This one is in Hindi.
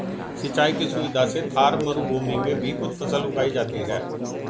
सिंचाई की सुविधा से थार मरूभूमि में भी कुछ फसल उगाई जाती हैं